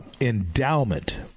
endowment